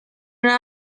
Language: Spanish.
una